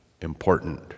important